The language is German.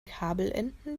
kabelenden